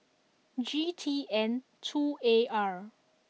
G T N two A R